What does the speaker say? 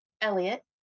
elliot